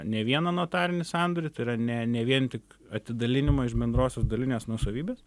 ne vieną notarinį sandorį tai yra ne ne vien tik atidalinimo iš bendrosios dalinės nuosavybės